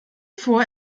vor